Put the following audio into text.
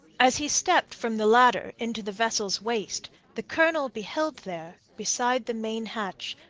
as he stepped from the ladder into the vessel's waist, the colonel beheld there, beside the main hatch,